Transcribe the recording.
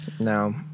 no